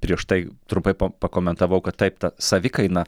prieš tai trumpai pakomentavau kad taip ta savikaina